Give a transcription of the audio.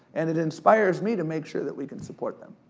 and it inspires me to make sure that we can support them.